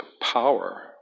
power